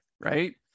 right